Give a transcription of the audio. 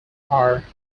are